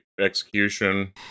execution